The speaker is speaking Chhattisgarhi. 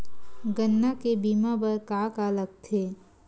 गन्ना के बीमा बर का का लगथे?